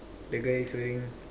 the guy is wearing